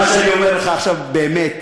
מה שאני אומר לך עכשיו, באמת,